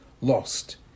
lost